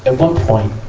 ah one point,